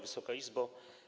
Wysoka Izbo!